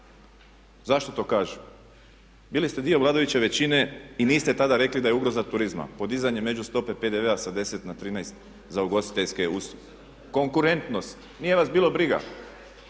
Zašto to kažem? Bili ste dio vladajuće većine i niste tada rekli da je ugroza turizma podizanje među stope PDV-a sa 10 na 13 za ugostiteljske usluge. Konkurentnost. Nije vas bilo briga.